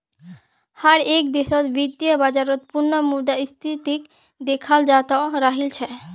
हर एक देशत वित्तीय बाजारत पुनः मुद्रा स्फीतीक देखाल जातअ राहिल छे